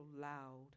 loud